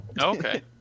okay